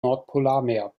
nordpolarmeer